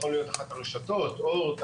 אחת הרשתות "אורט",